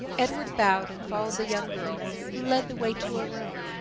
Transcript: edward bowed, and followed the young girl, who led the way to a room,